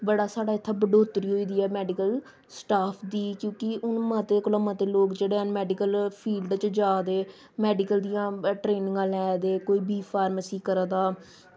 बड़ा साढ़ै इत्थें बढ़ोतरी होई दी ऐ मैडिकल स्टॉफ दी क्योंकि हून मते कोला मते लोक जेह्ड़े हैन मैडिकल फील्ड च जा दे मैडिकल दियां ट्रेनिंगां लै दे कोई बी फार्मेसी करा दा